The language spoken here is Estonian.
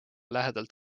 lähedalt